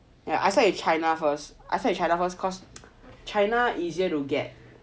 as I feel like China first I feel China first caused China easier to get